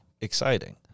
exciting